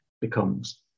becomes